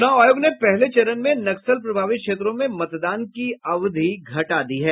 चूनाव आयोग ने पहले चरण में नक्सल प्रभावित क्षेत्रों में मतदान की अवधी घटा दी है